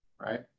right